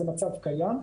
זה מצב קיים.